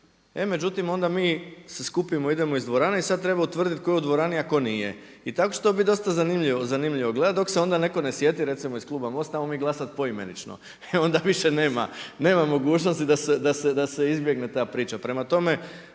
E, međutim onda mi, se skupimo, idemo iz dvorane i sada treba utvrditi tko je u dvorani a tko nije. I tako će to biti dosta zanimljivo gledati dok se onda netko ne sjeti, recimo iz kluba MOST-a, 'ajmo mi glasati poimenično. E, onda više nema mogućnosti da se izbjegne ta priča. Prema tome,